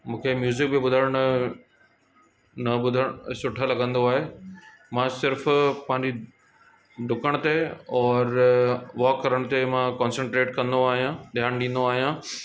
मूंखे म्यूजिक बि ॿुधण न न ॿुधण सुठो लॻंदो आहे मां सिर्फ़ु पंहिंजी ॾुकण ते और वॉक करण ते मां कॉन्संट्रेंट कंदो आहियां ध्यानु ॾींदो आहियां